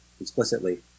explicitly